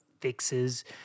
fixes